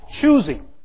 Choosing